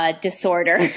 disorder